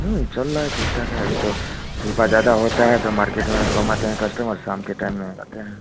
चल रहा ठीक ठाक है अभी तो धूप ज़्यादा होती है तो मार्केट में कस्टमर शाम के टाइम में आते हैं